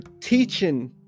teaching